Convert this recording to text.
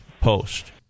Post